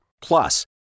Plus